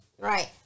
Right